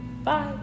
Bye